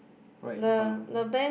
right in front ah